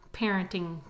parenting